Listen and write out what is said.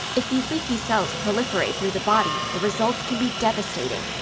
if these leaky cells proliferate through the body, the results can be devastating.